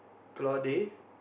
caudalie